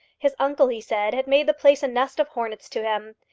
his uncle, he said, had made the place a nest of hornets to him.